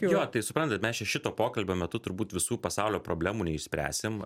jo tai suprantat mes čia šito pokalbio metu turbūt visų pasaulio problemų neišspręsim